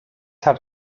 hat